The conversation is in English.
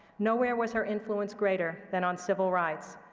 nowhere was her influence greater than on civil rights.